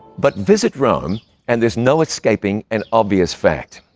but visit rome and there's no escaping an obvious fact,